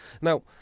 Now